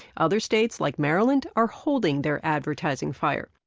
other states, like maryland, are holding their advertising fire.